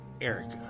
Erica